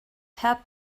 helped